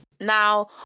Now